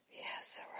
yes